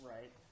Right